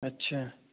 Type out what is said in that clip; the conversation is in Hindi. अच्छा